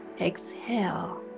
exhale